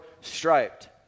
striped